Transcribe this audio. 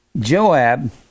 Joab